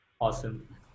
Awesome